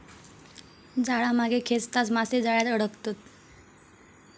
जाळा मागे खेचताच मासे जाळ्यात अडकतत